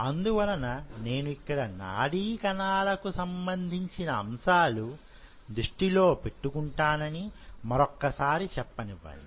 అందువలన నేను ఇక్కడ నాడీ కణాలకు సంబంధించిన అంశాలు దృష్టిలో పెట్టుకుంటానని మరొక్కసారి చెప్పనివ్వండి